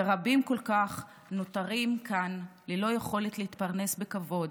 ורבים כל כך נותרים כאן ללא יכולת להתפרנס בכבוד,